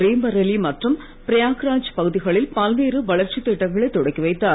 நரேந்திரமோடி ரே பரேலி மற்றும் பிரயாக்ராஜ் பகுதிகளில் பல்வேறு வளர்ச்சித் திட்டங்களைத் தொடக்கி வைத்தார்